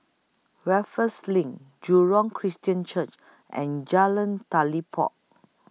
Raffles LINK Jurong Christian Church and Jalan Telipok